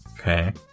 Okay